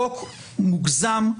חוק מוגזם,